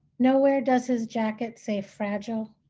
nowhere does his jacket say fragile,